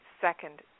second